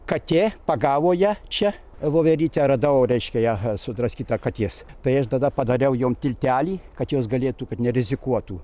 katė pagavo ją čia voverytę radau reiškia ją sudraskytą katės tai aš tada padariau jom tiltelį kad jos galėtų kad nerizikuotų